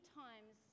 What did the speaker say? times